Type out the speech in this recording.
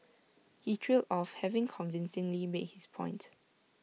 he trailed off having convincingly made his point